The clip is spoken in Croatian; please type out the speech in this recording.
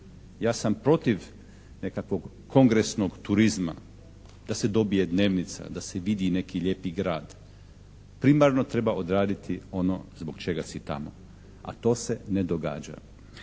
Ja sam protiv nekakvog kongresnog turizma da se dobije dnevnica, da se vidi neki lijepi grad. Primarno treba odraditi ono zbog čega si tamo, a to se ne događa